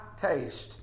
taste